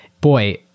Boy